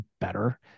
better